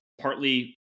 partly